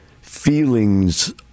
feelings